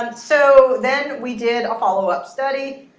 and so then we did a follow up study.